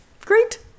Great